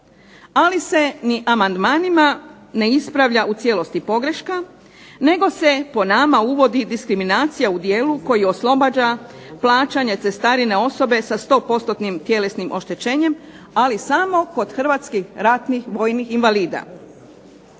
Ali se ni amandmanima ne ispravlja u cijelosti pogreška nego se po nama uvodi diskriminacija u dijelu koji oslobađa plaćanje cestarine osobe sa sto postotnim tjelesnim oštećenjem ali samo kod hrvatskih ratnih vojnih invalida.